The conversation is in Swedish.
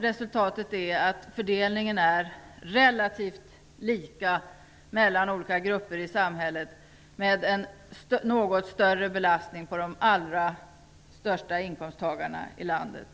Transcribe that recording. Resultatet är att fördelningen är relativt lika mellan olika grupper i samhället med en något större belastning på dem med de allra största inkomsterna i landet.